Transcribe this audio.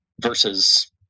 versus